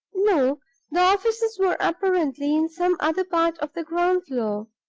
no the offices were apparently in some other part of the ground-floor